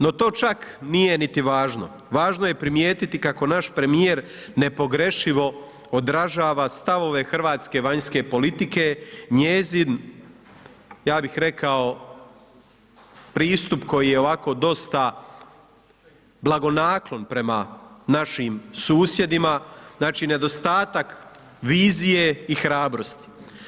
No to čak nije niti važno, važno je primijetiti kako naš premijer nepogrešivo odražava stavove hrvatske vanjske politike, njezin ja bih rekao pristup koji je ovako dosta blagonaklon prema našim susjedima, znači nedostatak vizije i hrabrosti.